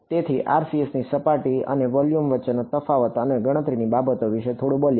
તેથી RCS ની સપાટી અને વોલ્યુમ વચ્ચેના તફાવતો અને ગણતરીની બાબતો વિશે થોડું બોલ્યા